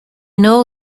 know